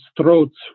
throats